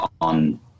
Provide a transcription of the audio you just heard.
on